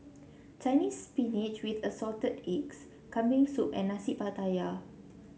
Chinese Spinach with Assorted Eggs Kambing Soup and Nasi Pattaya